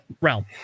realm